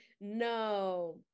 no